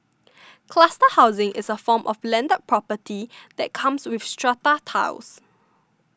cluster housing is a form of landed property that comes with strata titles